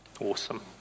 awesome